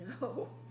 No